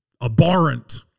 abhorrent